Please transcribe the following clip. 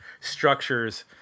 structures